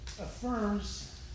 affirms